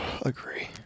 Agree